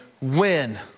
win